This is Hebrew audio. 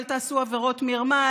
אל תעשו עבירות מרמה,